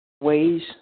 ways